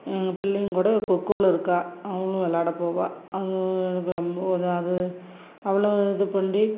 எங்கள் பிள்ளையும் கூட கொக்கோல இருக்கா அவளும் விளாட போவாள் அங்கே எனக்கு ரொம்ப எதாவது அவளும் இது பண்டி